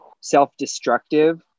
self-destructive